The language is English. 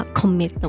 commit